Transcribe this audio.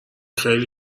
خیلی